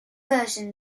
version